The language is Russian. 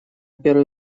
первый